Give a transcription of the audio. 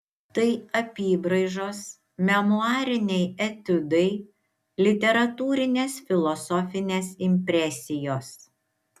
tai apybraižos memuariniai etiudai literatūrinės filosofinės impresijos